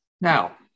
Now